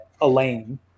Elaine